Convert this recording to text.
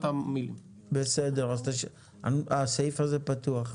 אז הסעיף הזה פתוח.